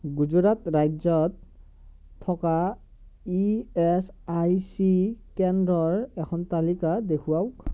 গুজৰাট ৰাজ্যত থকা E S I C কেন্দ্ৰৰ এখন তালিকা দেখুৱাওক